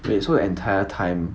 wait so the entire time